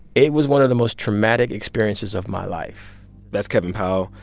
it was one of the most traumatic experiences of my life that's kevin powell,